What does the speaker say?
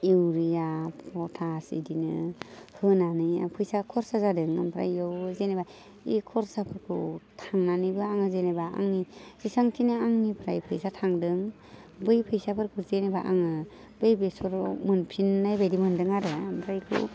urea potash बिदिनो होनानै फैसा खरसा जादों ओमफ्राय बेयावबो जेनेबा बे खरसाफोरखौ बुथुमनानैबो आङो जेनेबा आंनि जेसेबांखिनि आंनिफ्राय फैसा थांदों बै फैसाफोरखौ जेनेबा आङो बै बेसरआव मोनफिननाय बायदि मोन्दों आरो ओमफ्राय